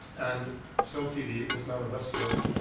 and slow tv was now a buzzword,